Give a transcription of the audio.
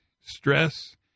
stress